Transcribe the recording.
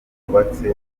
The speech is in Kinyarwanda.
wubatse